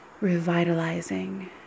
Revitalizing